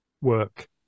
work